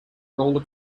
roller